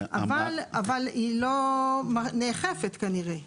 אבל היא לא נאכפת כנראה .